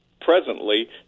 presently